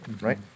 right